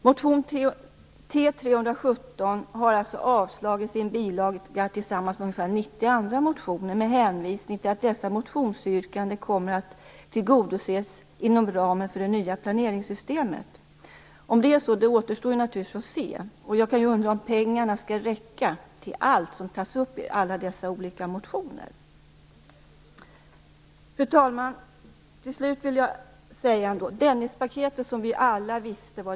Motion T317 har alltså avstyrkts i en bilaga tillsammans med ungefär 90 andra motioner med hänvisning till att dessa motionsyrkanden kommer att tillgodoses inom ramen för det nya planeringssystemet. Om det är så återstår naturligtvis att se. Jag undrar om pengarna skall räcka till allt som tas upp i alla dessa motioner. Fru talman! Alla visste vad Dennispaketet innehöll.